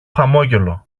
χαμόγελο